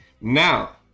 Now